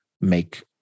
make